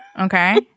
Okay